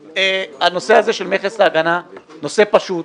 הנושא הזה של מכס הגנה הוא נושא פשוט,